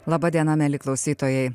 laba diena mieli klausytojai